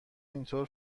اینطور